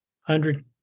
hundred